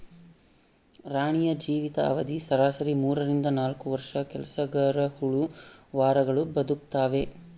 ರಾಣಿಯ ಜೀವಿತ ಅವಧಿ ಸರಾಸರಿ ಮೂರರಿಂದ ನಾಲ್ಕು ವರ್ಷ ಕೆಲಸಗರಹುಳು ವಾರಗಳು ಬದುಕ್ತಾವೆ